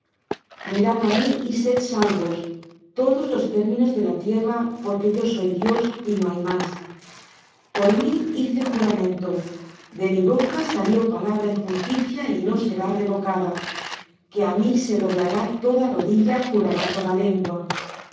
mirad á mí y sed salvos todos los términos de la tierra porque yo soy dios y no hay más por mí hice juramento de mi boca salió palabra en justicia y no será revocada que á mí se doblará toda rodilla jurará toda lengua